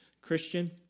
Christian